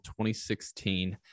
2016